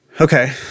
Okay